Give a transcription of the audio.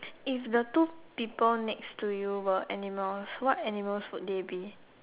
if the two people next to you were animals what animals would they be